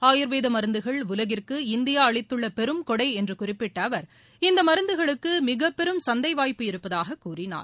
ஆயுர்வேத மருந்துகள் உலகிற்கு இந்தியா அளித்துள்ள பெரும்கொடை என்று குறிப்பிட்ட அவர் இந்த மருந்துகளுக்கு மிகப்பெரும் சந்தை வாய்ப்பு இருப்பதாக கூறினார்